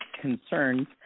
concerns